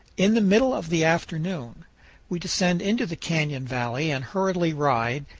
in the middle of the afternoon we descend into the canyon valley and hurriedly ride,